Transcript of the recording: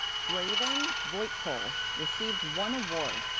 drayven voytko received one award.